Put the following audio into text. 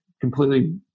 completely